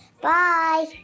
Bye